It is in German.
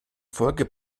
folge